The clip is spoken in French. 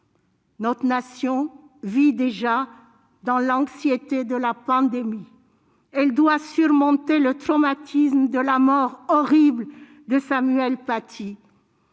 Notre nation vit déjà dans l'anxiété de la pandémie. Elle doit surmonter le traumatisme de la mort horrible de Samuel Paty.